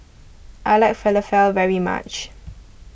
I like Falafel very much